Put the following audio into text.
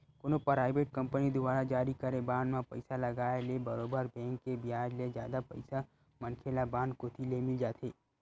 कोनो private company दुवारा जारी करे बांड म पइसा लगाय ले बरोबर बेंक के बियाज ले जादा पइसा मनखे ल बांड कोती ले मिल जाथे